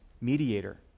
mediator